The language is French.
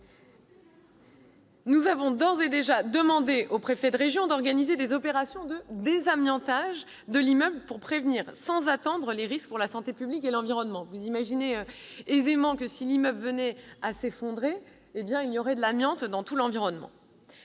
Nous avons d'ores et déjà demandé au préfet de région d'organiser des opérations de désamiantage de l'immeuble pour prévenir, sans attendre, les risques pour la santé publique et l'environnement. Vous pouvez aisément l'imaginer, si l'immeuble venait à s'effondrer, l'amiante contaminerait tout l'environnement.